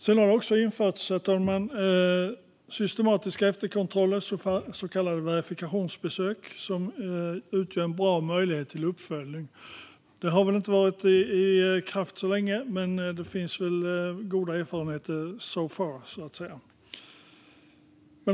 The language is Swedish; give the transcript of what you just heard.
Det har också införts, herr talman, systematiska efterkontroller, så kallade verifikationsbesök, som utgör en bra möjlighet till uppföljning. Det har inte varit i kraft så länge, men det finns goda erfarenheter so far, så att säga.